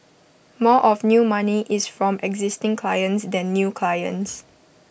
more of new money is from existing clients than new clients